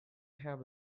have